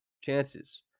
chances